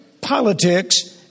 politics